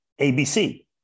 ABC